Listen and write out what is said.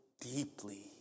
deeply